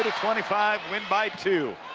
twenty five, win by two.